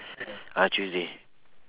ah tuesday